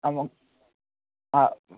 ആ ആ